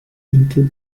into